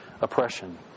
oppression